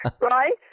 right